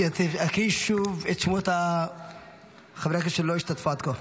הקריאי שוב את שמות חברי הכנסת שלא השתתפו עד כה.